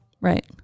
Right